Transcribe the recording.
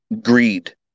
greed